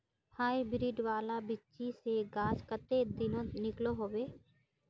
Hybrid वाला बिच्ची से गाछ कते दिनोत निकलो होबे?